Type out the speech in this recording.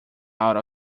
out